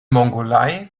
mongolei